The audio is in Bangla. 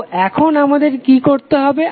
তো এখন আমাদের কি করতে হবে